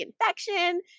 infection